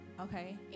Okay